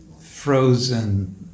frozen